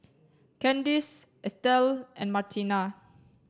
Candyce Estelle and Martina